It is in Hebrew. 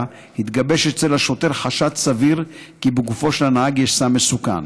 התגבש אצל השוטר חשד סביר שבגופו של הנהג יש סם מסוכן.